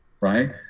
Right